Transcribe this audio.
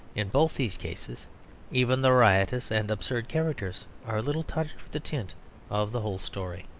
in both these cases even the riotous and absurd characters are a little touched with the tint of the whole story.